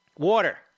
Water